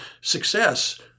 success